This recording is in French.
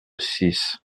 six